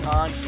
on